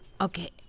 okay